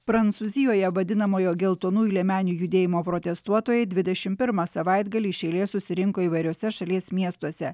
prancūzijoje vadinamojo geltonųjų liemenių judėjimo protestuotojai dvidešim pirmą savaitgalį iš eilės susirinko įvairiuose šalies miestuose